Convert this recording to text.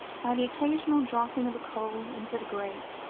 by the occasional dropping of a coal into the grate,